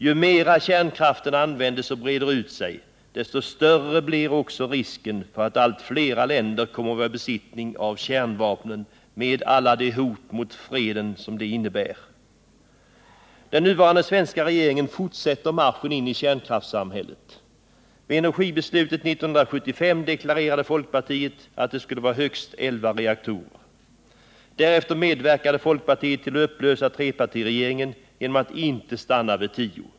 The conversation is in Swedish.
Ju mera kärnkraften används och breder ut sig, desto större blir också risken för att allt flera länder kommer att vara i besittning av kärnvapen med alla de hot mot freden som det innebär. Den nuvarande svenska regeringen fortsätter marschen in i kärnkraftssamhället. Vid energibeslutet 1975 deklarerade folkpartiet att det skulle vara högst elva reaktorer. Därefter medverkade folkpartiet till att upplösa trepartiregeringen genom att inte stanna vid tio.